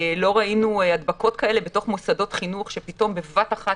לא ראינו היה הדבקות כאלה בתוך מוסדות חינוך שפתאום בבת אחת